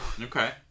Okay